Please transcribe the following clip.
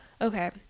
Okay